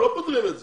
לא פותרים את זה.